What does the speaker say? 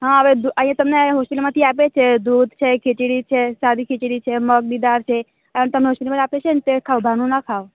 હા હવે અહીંયાં તમને હોસ્પીટલમાંથી આપે છે દૂધ છે ખિચડી છે સાદી ખિચડી છે મગની દાળ છે અને તમને હોપીટલમાંથી આપે છે તે ખાવ બહારનું ન ખાવ